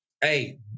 hey